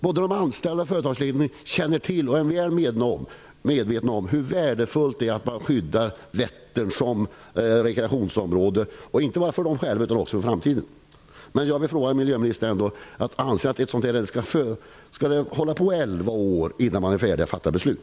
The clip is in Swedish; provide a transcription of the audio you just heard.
Både de anställda och företagsledningen är väl medvetna om hur värdefullt det är att man skyddar Vättern som rekreationsområde, inte bara för dem själva utan också för människor i framtiden. Jag vill ändå fråga hur miljöministern anser att det här ärendet skall handläggas. Skall man hålla på i elva år innan man är färdig och kan fatta beslut?